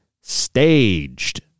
staged